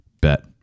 Bet